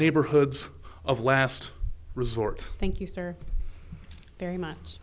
neighborhoods of last resort thank you very much